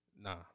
Nah